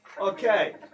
Okay